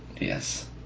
Yes